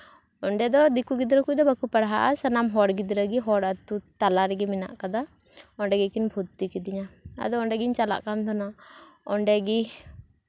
ᱚᱸᱰᱮ ᱫᱚ ᱫᱤᱠᱩ ᱜᱤᱫᱽᱨᱟᱹ ᱠᱚᱫᱚ ᱵᱟᱠᱚ ᱯᱟᱲᱦᱟᱜᱼᱟ ᱥᱟᱱᱟᱢ ᱦᱚᱲ ᱜᱤᱫᱽᱨᱟᱹ ᱜᱮ ᱦᱚᱲ ᱟᱛᱳ ᱛᱟᱞᱟ ᱨᱮᱜᱮ ᱢᱮᱱᱟᱜ ᱟᱠᱟᱫᱟ ᱚᱸᱰᱮ ᱜᱮᱠᱤᱱ ᱵᱷᱩᱨᱛᱤ ᱠᱤᱫᱤᱧᱟ ᱟᱫᱚ ᱚᱸᱰᱮᱜᱤᱧ ᱪᱟᱞᱟᱜ ᱠᱟᱱ ᱛᱟᱦᱱᱟ ᱚᱸᱰᱮ ᱜᱤ